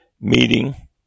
meeting